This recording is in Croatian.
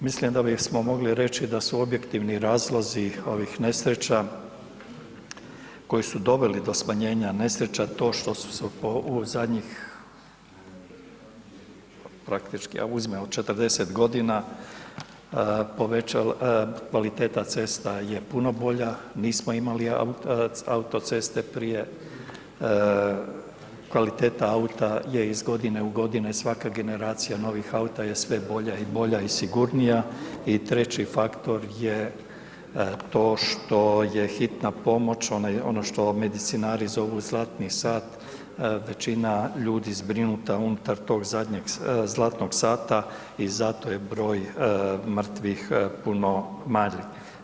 Mislim da bismo mogli reći da su objektivni razlozi ovih nesreća koji su doveli do smanjenja nesreća to što su se u zadnjih praktički a uzmimo od 40 g., kvaliteta cesta je puno bolja, nismo imali autoceste prije, kvaliteta auta je iz godine u godine svake generacija novih auta je sve bolja i bolja i sigurnija i treći faktor je to što je hitna pomoć, ono što medicinari zovu zlatni sat, većina ljudi zbrinuta unutar tog zadnjeg zlatnog sata i zato je broj mrtvih puno manje.